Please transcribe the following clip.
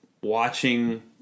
watching